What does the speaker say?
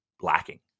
lacking